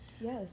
Yes